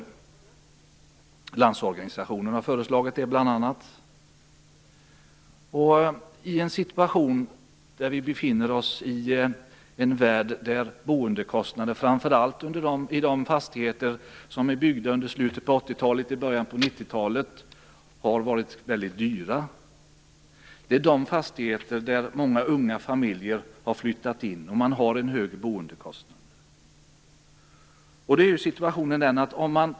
Bl.a. Landsorganisationen har föreslagit det. Vi befinner oss i en situation där boendekostnaderna framför allt i de fastigheter som är byggda under slutet av 80-talet och i början av 90-talet är mycket höga. Det är i dessa fastigheter som många unga familjer har flyttat in med höga boendekostnader som följd.